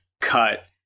cut